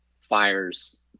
fires